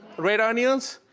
red onions,